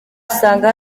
usanga